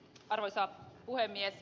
arvoisa puhemies